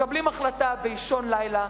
מקבלים החלטה באישון לילה,